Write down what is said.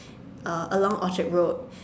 uh along Orchard-road